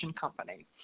company